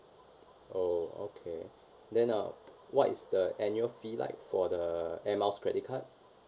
oh okay then uh what is the annual fee like for the air miles credit card